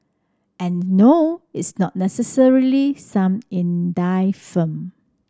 and no it's not necessarily some firm